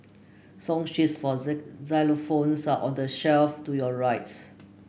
song sheets for xylophones are on the shelf to your right